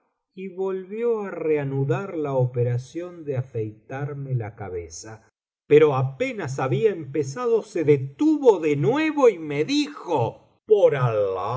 y volvió á reanudar la operación de afeitarme la cabeza pero apenas había empezado se detuvo de nuevo y me dijo